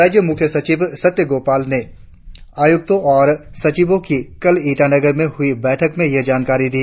राज्य मुख्य सचिव सत्यगोपाल ने आयुक्तो और सचिवो की कल ईटानगर में हुई बैठक में यह जानकारी दी